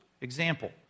Example